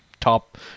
top